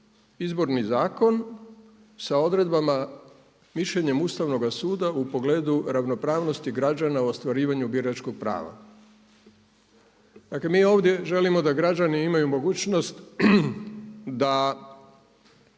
Izborni zakon sa odredbama i mišljenjem Ustavnog suda u pogledu ravnopravnosti građana u ostvarivanju biračkog prava. Dakle, mi ovdje želimo da građani imaju mogućnost da